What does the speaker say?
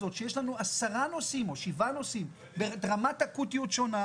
10 או שבעה נושאים ברמת אקוטיות שונה,